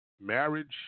Marriage